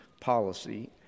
policy